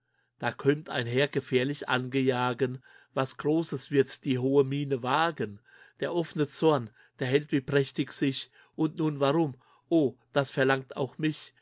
da kömmt ein herr gefährlich angejagen was großes wird die hohe mine wagen der offne zorn der hält wie prächtig sich und nun warum o das verlangt auch mich